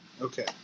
Okay